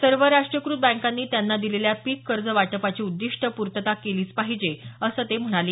सर्व राष्ट्रीयीकृत बँकांनी त्यांना दिलेल्या पिक कर्ज वाटपाची उद्दिष्ट पूर्तता केलीच पाहिजे असं ते म्हणाले